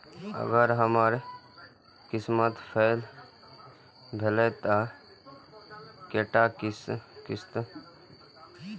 अगर हमर किस्त फैल भेलय त कै टा किस्त फैल होय के बाद हमरा नोटिस मिलते?